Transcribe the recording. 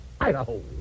Idaho